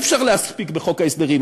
אי-אפשר להספיק בחוק ההסדרים,